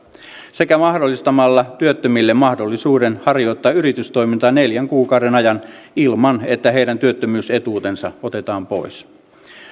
sekä mahdollistamalla työttömille mahdollisuuden harjoittaa yritystoimintaa neljän kuukauden ajan ilman että heidän työttömyysetuutensa otetaan pois